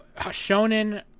Shonen